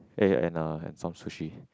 eh and uh and some sushi